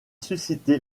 suscité